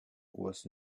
was